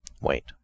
wait